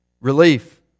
Relief